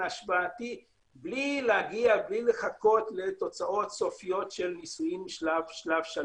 השוואתי בלי לחכות לתוצאות סופיות של ניסויים שלב 3,